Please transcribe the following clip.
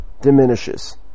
diminishes